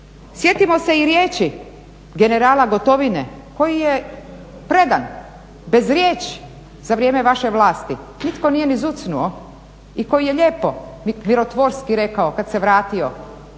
Sjetimo se i riječi generala Gotovine koji je predano, bez riječi za vrijeme vaše vlasti nitko nije ni zucnuo i koji je lijepo mirotvorski rekao kad se vratio